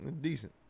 decent